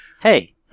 Hey